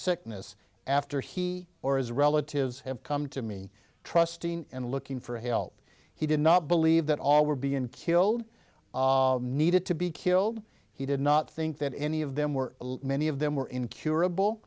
sickness after he or his relatives have come to me trusting and looking for help he did not believe that all were being killed needed to be killed he did not think that any of them were many of them were incurable